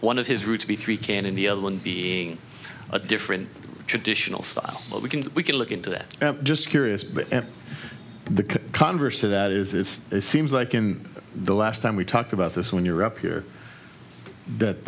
one of his route to be three can and the other one being a different traditional style but we can we can look into that just curious but the converse of that is it seems like in the last time we talked about this when you're up here that